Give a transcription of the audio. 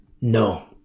No